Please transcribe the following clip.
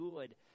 good